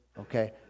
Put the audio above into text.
okay